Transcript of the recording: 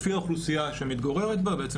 לפי האוכלוסייה שמתגוררת בהם בעצם